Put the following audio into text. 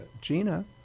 Gina